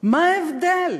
מה ההבדל,